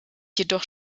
jedoch